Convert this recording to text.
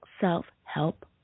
Self-Help